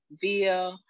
via